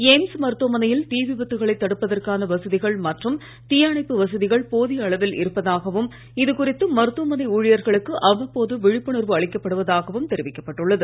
AIIMS மருத்துவமனையில் தீ விபத்துகளை தடுப்பதற்கான வசதிகள் மற்றும் தீ அணைப்பு வசதிகள் போதிய அளவில் ஊழியர்களுக்கு இருப்பதாகவும் இதுகுறித்து மருத்துவமனை அவ்வப்போது விழிப்புணர்வு அளிக்கப்படுவதாகவும் தெரிவிக்கப் பட்டுள்ளது